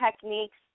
techniques